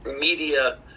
media